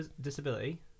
disability